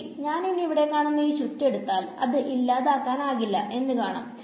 ശെരി ഞാനിനി ഇവിടെ കാണുന്ന ഈ ചുറ്റ് എടുത്താൽ അത് ഇല്ലാതാക്കാനില്ല എന്നു കാണാം